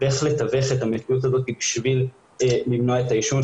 ואיך לתווך את המציאות הזאת כדי למנוע את העישון,